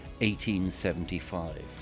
1875